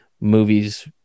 movies